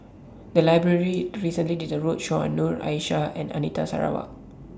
The Library recently did A roadshow on Noor Aishah and Anita Sarawak